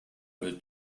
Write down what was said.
will